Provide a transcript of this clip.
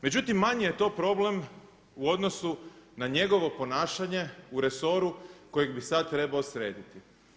Međutim, manji je to problem u odnosu na njegovo ponašanje u resoru kojeg bi sad trebao srediti.